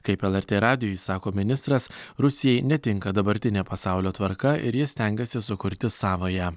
kaip lrt radijui sako ministras rusijai netinka dabartinė pasaulio tvarka ir ji stengiasi sukurti savąją